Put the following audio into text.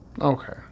Okay